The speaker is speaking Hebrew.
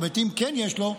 זאת אומרת אם כן יש לו,